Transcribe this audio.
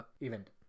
event